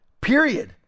period